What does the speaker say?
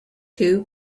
two